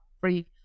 Free